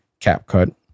CapCut